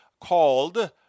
called